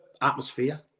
atmosphere